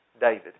David